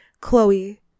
Chloe